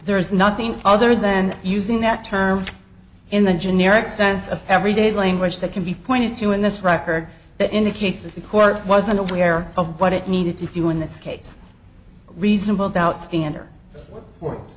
there is nothing other than using that term in the generic sense of everyday language that can be pointed to in this record that indicates that the court wasn't aware of what it needed to do in this case reasonable doubt stand